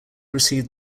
received